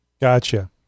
Gotcha